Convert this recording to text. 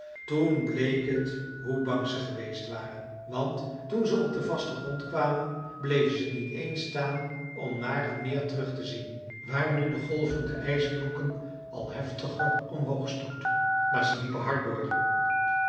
toen bleek het hoe bang ze geweest waren want toen ze op den vasten grond kwamen bleven ze niet eens staan om naar het meer terug te zien waar nu de golven de ijsblokken al heftiger omhoog stootten maar ze liepen hard door